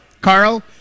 Carl